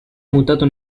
mutato